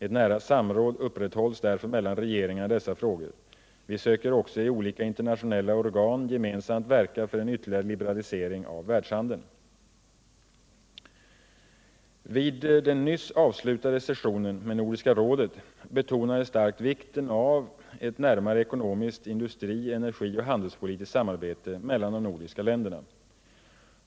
Ett nära samråd upprätthålls därför mellan regeringarna i dessa frågor. Vi söker också i olika internationella organ gemensamt verka för en ytterligare liberalisering av världshandeln. Vid den nyss avslutade sessionen med Nordiska rådet betonades starkt vikten av ett närmare ekonomiskt, industri-, energioch handelspolitiskt samarbete mellan de nordiska länderna.